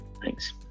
Thanks